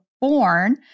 Born